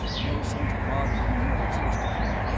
no sense bothering the medics this time.